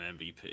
MVP